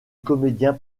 comédien